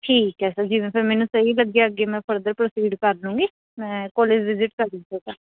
ਠੀਕ ਹੈ ਸਰ ਜਿਵੇਂ ਫਿਰ ਮੈਨੂੰ ਸਹੀ ਲੱਗਿਆ ਅੱਗੇ ਮੈਂ ਫਰਦਰ ਪ੍ਰੋਸੀਡ ਕਰ ਲੂੰਗੀ ਮੈਂ ਕੋਲਜ ਵਿਜਿਟ ਕਰੂੰ ਤੁਹਾਡਾ